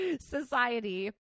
Society